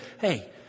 hey